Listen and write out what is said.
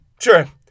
sure